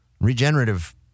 regenerative